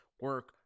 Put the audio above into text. Work